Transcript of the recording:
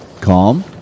Calm